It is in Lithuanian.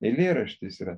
eilėraštis yra